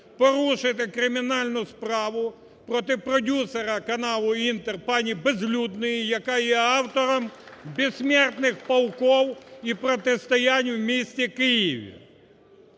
порушити кримінальну справу проти продюсера каналу "Інтер" пані Безлюдної, яка є автором "бессмертных полков" і протистоянь в місті Києві.